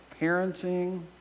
parenting